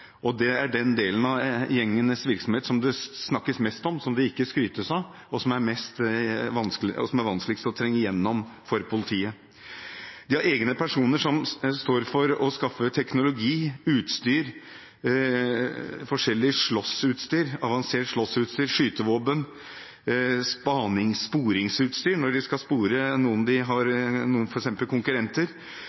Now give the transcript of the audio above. Det er den delen av gjengenes virksomhet som det snakkes minst om, som det ikke skrytes av, og som er vanskeligst å trenge gjennom for politiet. De har egne personer som står for å skaffe teknologi, utstyr, forskjellig avansert slåssutstyr, skytevåpen og sporingsutstyr når de skal spore noen,